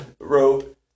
Wrote